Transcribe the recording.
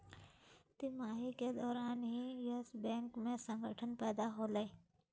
तिमाही के दौरान ही यस बैंक के संकट पैदा होलय